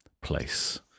place